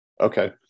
Okay